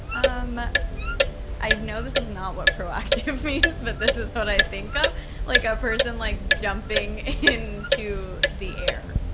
um i know this is not what proactive faith is about but this is what i think of like uppers and like jumping in to the air.